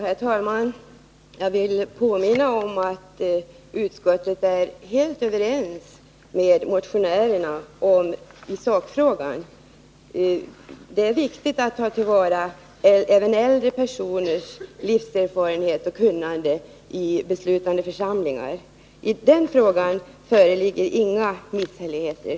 Herr talman! Jag vill påminna om att utskottet är helt överens med motionärerna i sakfrågan. Det är viktigt att ta till vara även äldre personers livserfarenhet och kunnande i beslutande församlingar. I den frågan föreligger inga misshälligheter.